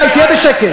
די, תהיה בשקט.